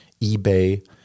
eBay